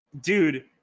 Dude